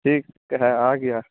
ठीक है आ गया